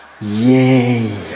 Yay